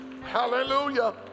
Hallelujah